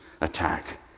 attack